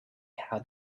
how